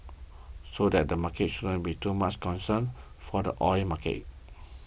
so that the market shouldn't be too much of a concern for the oil market